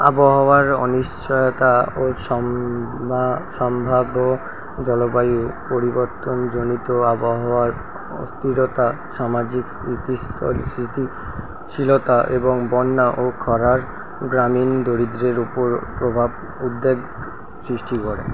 আবহাওয়ার অনিশ্চয়তা ও সম্ভাব্য জলবায়ু পরিবর্তনজনিত আবহাওয়ার অস্তিরতা সামাজিক স্মৃতি স্তর স্মৃতি শীলতা এবং বন্যা ও খরার গ্রামীণ দরিদ্রের উপর প্রভাব উদ্বেগ সিষ্টি করে